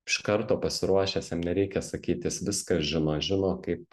iš karto pasiruošęs jam nereikia sakyt jis viską žino žino kaip